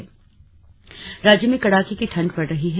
मौसम राज्य में कड़ाके की ठंड पड़ रही है